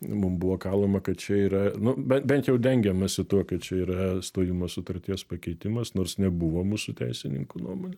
mum buvo kalama kad čia yra nu be bent jau dengiamasi tuo kad čia yra stojimo sutarties pakeitimas nors nebuvo mūsų teisininkų nuomone